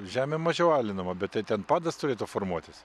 žemė mažiau alinama bet tai ten padas turėtų formuotis